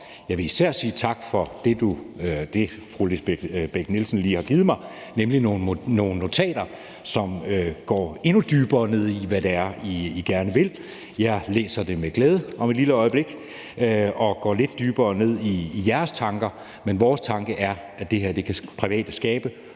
Jeg vil især sige tak for det, fru Lisbeth Bech-Nielsen lige har givet mig, nemlig nogle notater, som går endnu dybere ned i, hvad det er, I gerne vil. Jeg læser det med glæde om et lille øjeblik og går lidt dybere ned i jeres tanker. Men vores tanke er, at det her kan private skabe,